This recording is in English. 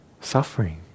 suffering